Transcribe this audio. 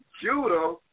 Judah